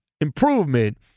improvement